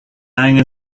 angen